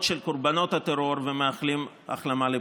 של קורבנות הטרור ומאחלים החלמה לפצועים.